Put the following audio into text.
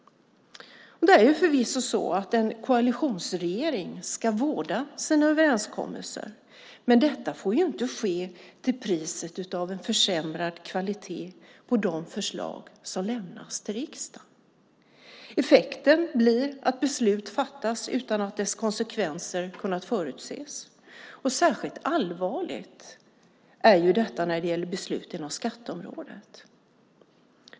Det är förvisso så att en koalitionsregering ska vårda sina överenskommelser, men detta får inte ske till priset av en försämrad kvalitet på de förslag som lämnas till riksdagen. Effekten blir att beslut fattas utan att konsekvenserna har kunnat förutses. Särskilt allvarligt är detta när det gäller beslut inom skatteområdet.